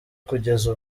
kugeza